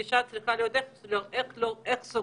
אנחנו חייבים לאפשר לעולם התרבות העשיר הזה,